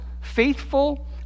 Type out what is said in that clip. faithful